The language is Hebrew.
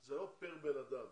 זה לא פר בן אדם,